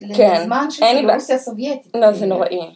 ‫לזמן שזו רוסיה סובייטית. ‫-לא, זה נוראי.